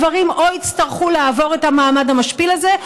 גברים יצטרכו לעבור את המעמד המשפיל הזה,